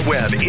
Web